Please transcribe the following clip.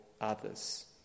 others